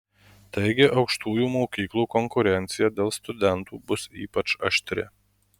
taigi aukštųjų mokyklų konkurencija dėl studentų bus ypač aštri